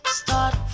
start